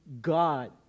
God